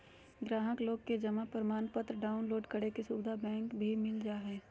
गाहक लोग के जमा प्रमाणपत्र डाउनलोड करे के सुविधा बैंक मे भी मिल जा हय